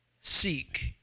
seek